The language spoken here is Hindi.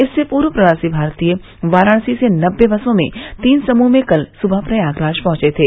इससे पूर्व प्रवासी भारतीय वाराणसी से नबे बसों में तीन समूह में कल सुबह प्रयागराज पहुंचे थे